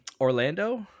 Orlando